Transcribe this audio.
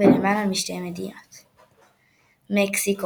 מקסיקו וקנדה